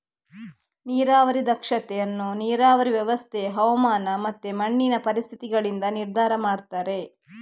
ನೀರಾವರಿ ದಕ್ಷತೆ ಅನ್ನು ನೀರಾವರಿ ವ್ಯವಸ್ಥೆ, ಹವಾಮಾನ ಮತ್ತೆ ಮಣ್ಣಿನ ಪರಿಸ್ಥಿತಿಗಳಿಂದ ನಿರ್ಧಾರ ಮಾಡ್ತಾರೆ